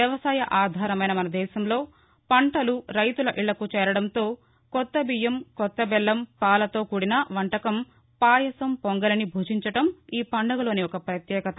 వ్యవసాయ ఆధారమైన మన దేశంలో పంటలు రైతుల ఇళ్ళకు చేరుకోవడంతో కొత్త బియ్యం కొత్త బెల్లం పాలతో కూడిన వంటకం సాయసం పొంగలిని భుజించడం ఈ పండుగలోని ఒక ప్రత్యేకత